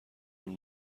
اون